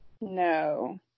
No